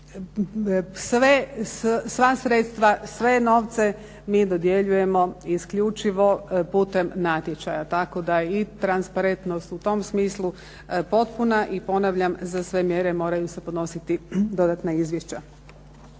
sva sredstva, sve novce mi dodjeljujemo isključivo putem natječaja tako da je i transparentnost u tom smislu potpuna i ponavljam za sve mjere moraju se podnositi dodatna izvješća.